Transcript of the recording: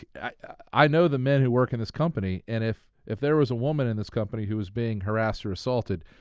ah i know the men who work in this company and if if there was a woman in this company ho was being harassed or assaulted,